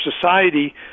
society